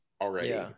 already